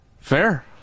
Fair